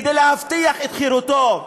כדי להבטיח את חירותו,